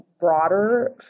broader